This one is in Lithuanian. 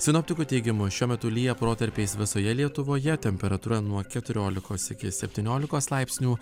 sinoptikų teigimu šiuo metu lyja protarpiais visoje lietuvoje temperatūra nuo keturiolikos iki septyniolikos laipsnių